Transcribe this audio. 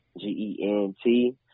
G-E-N-T